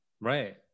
Right